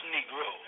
Negro